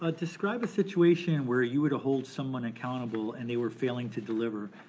ah describe a situation where you were to hold someone accountable and they were failing to deliver.